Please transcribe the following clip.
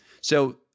So-